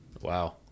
Wow